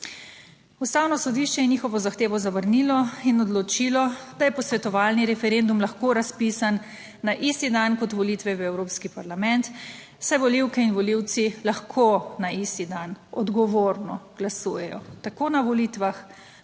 Ustavno sodišče je njihovo zahtevo zavrnilo in odločilo, da je posvetovalni referendum lahko razpisan na isti dan kot volitve v Evropski parlament, saj volivke in volivci lahko na isti dan odgovorno glasujejo tako na volitvah